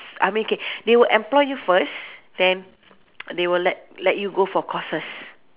I mean okay they will employ you first then they will let let you go for courses